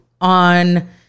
on